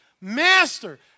Master